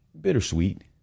Bittersweet